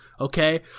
Okay